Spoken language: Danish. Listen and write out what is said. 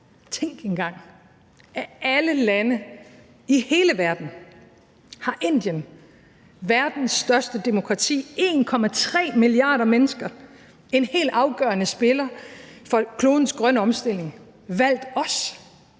Tænk engang, af alle lande i hele verden har Indien – verdens største demokrati, 1,3 milliarder mennesker, en hel afgørende spiller for klodens grønne omstilling – valgt os,